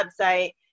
website